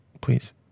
please